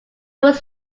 was